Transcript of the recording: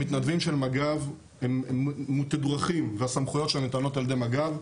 המתנדבים של מג"ב מתודרכים והסמכויות שלהם ניתנות על ידי מג"ב.